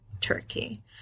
Turkey